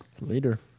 Later